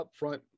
upfront